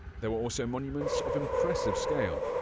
there were also monuments of impressive scale,